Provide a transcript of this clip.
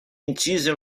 incise